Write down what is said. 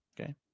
Okay